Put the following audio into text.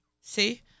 see